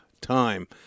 time